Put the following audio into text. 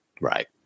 Right